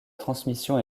transmission